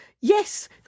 yes